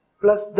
plus